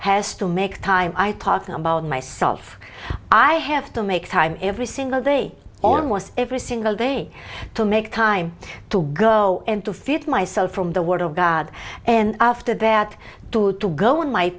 has to make time i pass on about myself i have to make time every single day almost every single day to make time to go and to feed myself from the word of god and after that to go in my